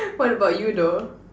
what about you though